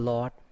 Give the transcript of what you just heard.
Lord